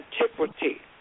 antiquity